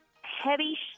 heavy